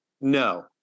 no